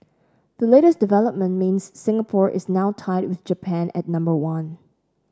the latest development means Singapore is now tied with Japan at number one